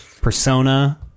Persona